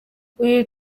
uyu